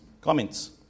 Comments